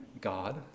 God